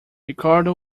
ricardo